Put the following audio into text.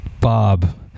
Bob